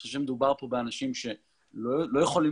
אני חושב שמדובר כאן באנשים שלא יכולים